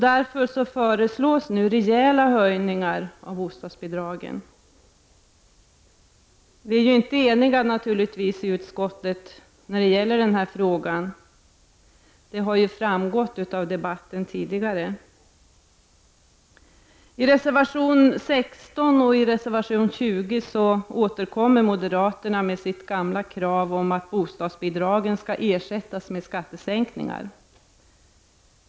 Därför föreslås nu rejäla höjningar av bostadsbidragen. Vi är naturligtvis inte eniga i utskottet när det gäller denna fråga, vilket har framgått av debatten. I reservationerna 16 och 20 återkommer moderaterna med sitt gamla krav på att bostadsbidragen skall ersättas med skattesänkningar.